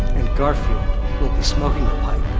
and garfield will be smoking the pipe,